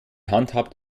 handhabt